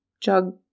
jug